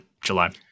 July